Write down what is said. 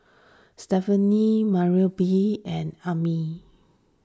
Stefani Marybelle and Amya